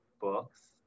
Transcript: books